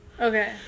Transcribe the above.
Okay